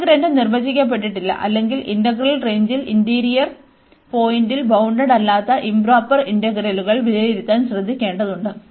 integrand നിർവചിക്കപ്പെട്ടിട്ടില്ല അല്ലെങ്കിൽ integral റേഞ്ചിൽ ഇന്റീരിയർ പോയിന്റിൽ ബൌണ്ടഡ്ഡല്ലാത്ത ഇoപ്രോപ്പർ ഇന്റഗ്രലുകൾ വിലയിരുത്താൻ ശ്രദ്ധിക്കേണ്ടതുണ്ട്